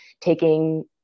taking